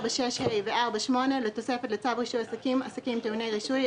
4.6ה ו-4.8 לתוספת לצו רישוי עסקים (עסקים טעוני רישוי),